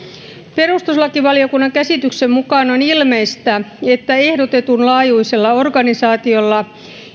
perustuslakivaliokunnan käsityksen mukaan on ilmeistä että ehdotetun laajuisella organisaatiolla